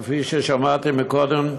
כפי ששמעתי קודם מהיושבת-ראש,